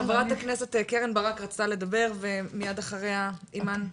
חברת הכנסת קרן ברק רצתה לדבר ומיד אחריה אימאן.